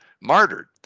martyred